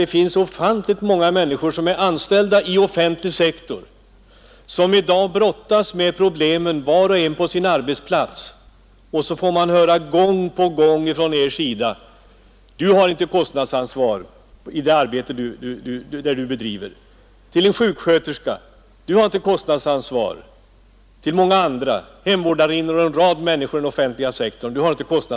Det är många människor anställda i den offentliga sektorn som i dag var och en på sin arbetsplats brottas med de problem som finns. Gång på gång får de från ert håll höra att de inte har något kostnadsansvar för det arbete de bedriver. Sådana beskyllningar riktas till sjuksköterskor, hemvårdarinnor och många andra människor i den offentliga sektorn.